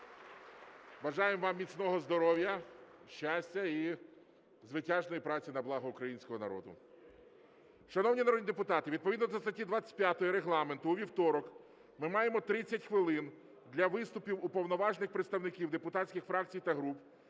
Бажаємо вам міцного здоров'я, щастя і звитяжної праці на благо українського народу. Шановні народні депутати, відповідно до статті 25 Регламенту у вівторок ми маємо 30 хвилин для виступів уповноважених представників депутатських фракцій та груп